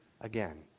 again